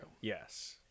Yes